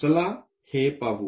चला हे पाहू